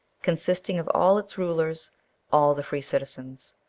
consisting of all its rulers all the free citizens.